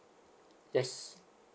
yes